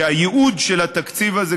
והייעוד של התקציב הזה,